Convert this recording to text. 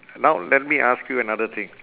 now let me ask you another thing